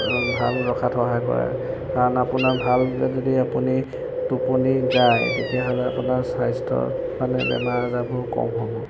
ভাল ৰখাত সহায় কৰে কাৰণ আপোনাৰ ভালকৈ যদি আপুনি টোপনি যায় তেতিয়াহ'লে আপোনাৰ স্বাস্থ্য মানে বেমাৰ আজাৰবোৰ কম হ'ব